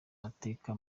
mateka